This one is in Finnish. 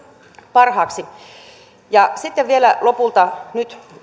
parhaaksi sitten vielä lopulta nyt